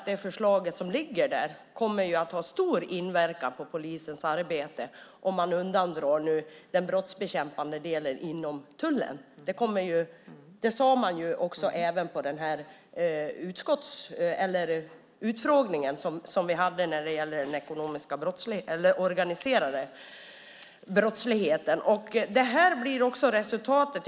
Det förslag som ligger kommer att ha stor inverkan på polisens arbete om man undandrar den brottsbekämpande delen inom tullen. Det sade man också på den utfrågning som vi hade när det gäller den organiserade brottsligheten. Det blir resultatet.